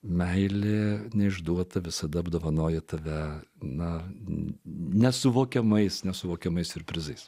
meilė neišduota visada apdovanoja tave na nesuvokiamais nesuvokiamais siurprizais